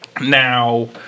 now